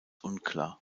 unklar